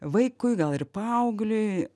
vaikui gal ir paaugliui